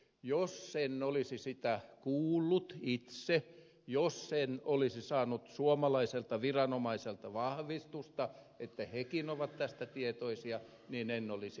jos en olisi sitä kuullut itse jos en olisi saanut suomalaiselta viranomaiselta vahvistusta että hekin ovat tästä tietoisia niin en olisi uskonut